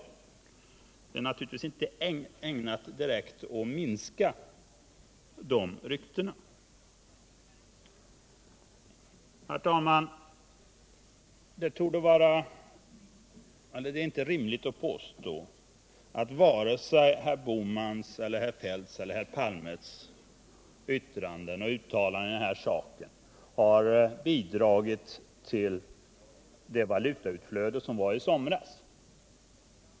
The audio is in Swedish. Sådant är naturligtvis inte ägnat att direkt minska ryktena. Herr talman! Det är inte rimligt att påstå att vare sig herr Bohmans, herr Feldts eller herr Palmes yttranden och uttalanden i den här saken har bidragit till det valutautflöde vi hade i somras.